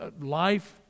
life